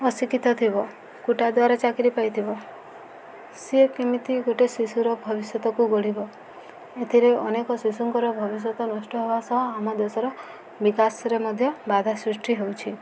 ଅଶିକ୍ଷିତ ଥିବ ଦ୍ୱାରା ଚାକିରି ପାଇଥିବ ସିଏ କେମିତି ଗୋଟେ ଶିଶୁର ଭବିଷ୍ୟତକୁ ଗଢ଼ିବ ଏଥିରେ ଅନେକ ଶିଶୁଙ୍କର ଭବିଷ୍ୟତ ନଷ୍ଟ ହେବା ସହ ଆମ ଦେଶର ବିକାଶରେ ମଧ୍ୟ ବାଧା ସୃଷ୍ଟି ହେଉଛି